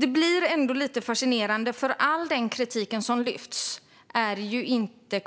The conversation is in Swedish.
Det är ändå lite fascinerande; all kritik som lyfts fram är nämligen inte